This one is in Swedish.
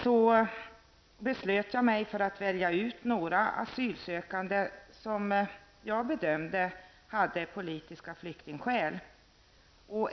Jag beslöt mig för att välja ut några asylsökande, som jag bedömde hade politiska flyktingskäl.